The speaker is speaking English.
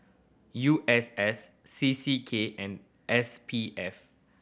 U S S C C K and S P F